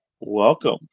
welcome